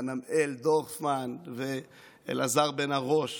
חננאל דורפמן ואלעזר בן הרוש